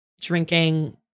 drinking